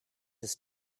his